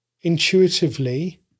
intuitively